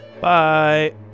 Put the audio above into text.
Bye